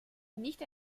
nicht